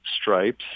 stripes